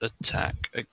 attack